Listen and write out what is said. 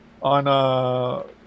On